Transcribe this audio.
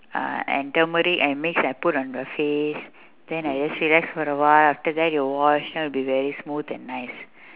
uh and turmeric and mix I put on the face then I just rest for a while after that you wash then will be very smooth and nice